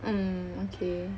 mm okay